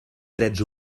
drets